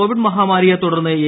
Covid മഹാമാരിയെ തുടർന്ന് A